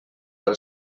pel